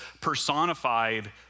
personified